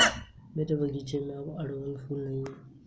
मेरे बगीचे में अब अड़हुल फूल नहीं हैं